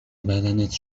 بدنت